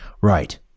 Right